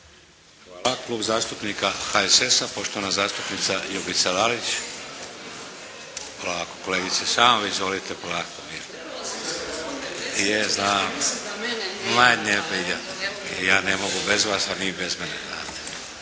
Hvala. Klub zastupnika HSS-a, poštovana zastupnica Ljubica Lalić. Polako kolegice. Samo izvolite. Polako. Je znam, ja ne pričam. Ja ne mogu bez vas, a vi bez mene.